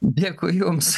dėkui jums